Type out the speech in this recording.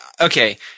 okay